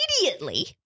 immediately